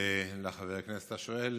חבר הכנסת השואל